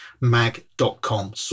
mag.com